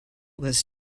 was